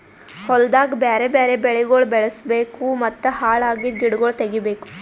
ಹೊಲ್ದಾಗ್ ಬ್ಯಾರೆ ಬ್ಯಾರೆ ಬೆಳಿಗೊಳ್ ಬೆಳುಸ್ ಬೇಕೂ ಮತ್ತ ಹಾಳ್ ಅಗಿದ್ ಗಿಡಗೊಳ್ ತೆಗಿಬೇಕು